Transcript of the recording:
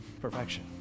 Perfection